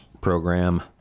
program